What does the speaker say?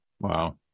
Wow